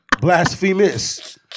Blasphemous